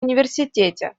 университете